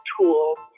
tools